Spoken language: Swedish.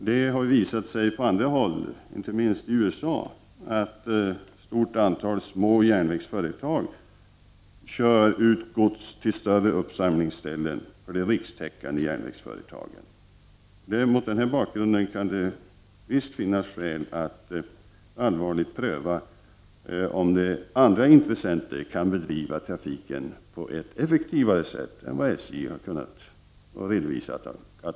Det har visat sig på andra håll, inte minst i USA, att ett stort antal små järnvägsföretag kan köra ut gods till större uppsamlingsställen för de rikstäckande järnvägsföretagen. Det kan mot den här bakgrunden finnas skäl att allvarligt pröva om andra intressenter kan bedriva trafiken på ett effektivare sätt än vad SJ kunnat redovisa.